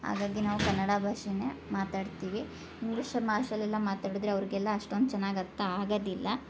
ಹಾಗಾಗಿ ನಾವು ಕನ್ನಡ ಭಾಷೆನೇ ಮಾತಾಡ್ತೀವಿ ಇಂಗ್ಲೀಷ್ ಭಾಷೆಯಲ್ಲೆಲ್ಲ ಮಾತಾಡಿದ್ರೆ ಅವ್ರಿಗೆಲ್ಲ ಅಷ್ಟೊಂದು ಚೆನ್ನಾಗಿ ಅರ್ಥ ಆಗೋದಿಲ್ಲ